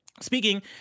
Speaking